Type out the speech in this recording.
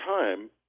time